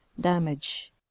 Damage